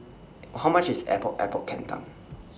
How much IS Epok Epok Kentang